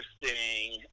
interesting